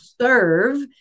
serve